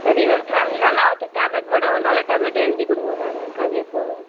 சரி ma'am ma'am நல்லா ஆகுறத்துக்கு டேப்லெட் மட்டும் நல்ல டேப்லெட் எழுதிக்குடுங்க மேம் எனக்கு அதுவே போதும்